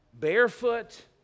barefoot